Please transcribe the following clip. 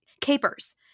capers